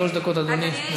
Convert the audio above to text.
שלוש דקות, אדוני.